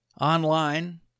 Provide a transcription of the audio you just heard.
online